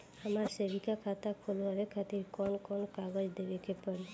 हमार सेविंग खाता खोलवावे खातिर कौन कौन कागज देवे के पड़ी?